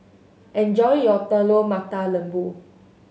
enjoy your Telur Mata Lembu